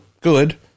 good